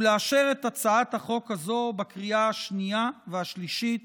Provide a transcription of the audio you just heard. ולאשר את הצעת החוק הזאת בקריאה השנייה והשלישית